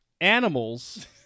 Animals